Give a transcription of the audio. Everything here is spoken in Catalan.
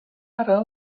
ara